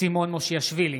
סימון מושיאשוילי,